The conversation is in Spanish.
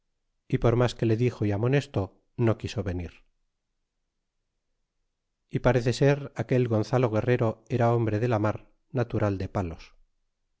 y por mas que le dixo y amonestó no quiso venir y parece ser aquel gonzalo guerrero era hombre de la mar natural de palos